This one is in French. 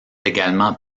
également